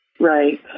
Right